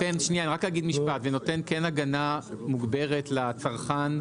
ונותן כן הגנה מוגברת לצרכן,